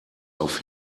auf